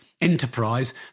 enterprise